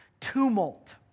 tumult